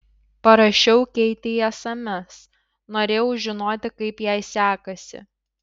parašiau keitei sms norėjau žinoti kaip jai sekasi